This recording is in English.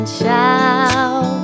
shout